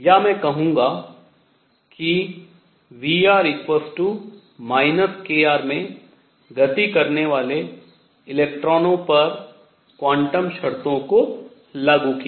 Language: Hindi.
या मैं कहूँगा कि Vr kr में गति करने वाले इलेक्ट्रॉन पर क्वांटम शर्तों को लागू किया